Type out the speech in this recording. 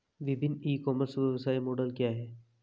विभिन्न e commerce व्यवसाय model क्या हैं?